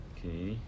Okay